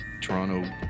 toronto